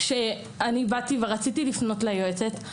כשרציתי לפנות ליועצת,